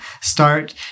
start